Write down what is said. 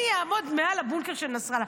מי יעמוד מעל הבונקר של נסראללה.